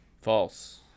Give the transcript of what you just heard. false